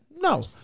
No